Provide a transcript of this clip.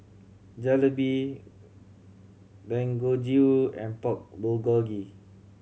Jalebi Dangojiru and Pork Bulgogi